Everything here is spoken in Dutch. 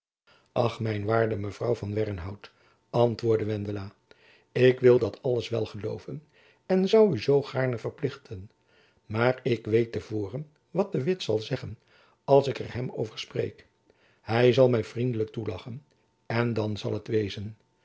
ach mijn waarde mevrouw van wernhout antwoordde wendela ik wil dat alles wel gelooven en zoû u zoo gaarne verplichten maar ik weet te voren wat de witt zal zeggen als ik er hem over jacob van lennep elizabeth musch spreek hy zal my vriendelijk toelachen en dan zal t wezen